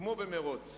כמו במירוץ